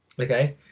Okay